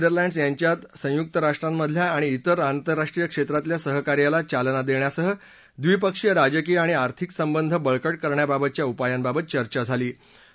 भारत आणि नेदरलँड्स यांच्यात संयुक राष्ट्रांमधल्या आणि इतर आंतरराष्ट्रीय क्षेत्रातल्या सहकार्याला चालना देण्यासह द्विपक्षीय राजकीय आणि आर्थिक संबंध बळकट करण्याबाबतच्या उपायांबाबत चर्चा झाली